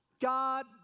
God